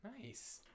Nice